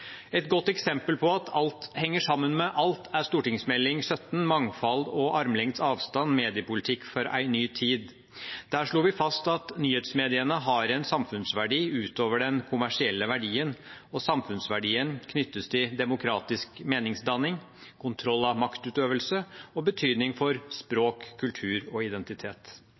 Et godt eksempel på at alt henger sammen med alt, er Meld. St. 17 for 2018–2019, Mangfald og armlengds avstand – Mediepolitikk for ei ny tid. Der slo vi fast at nyhetsmediene har en samfunnsverdi utover den kommersielle verdien, og samfunnsverdien knyttes til demokratisk meningsdanning, kontroll av maktutøvelse og betydning for språk, kultur og identitet.